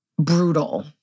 Brutal